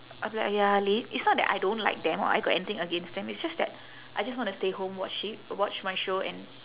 I'll be like !aiya! la~ it's not that I don't like them or I got anything against them it's just that I just wanna stay home watch shi~ watch my show and